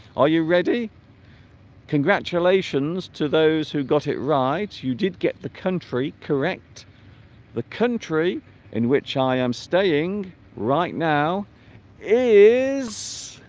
are you ready congratulations to those who got it right you did get the country correct the country in which i am staying right now is